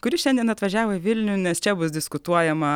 kuris šiandien atvažiavo į vilnių nes čia bus diskutuojama